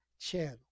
channel